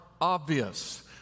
obvious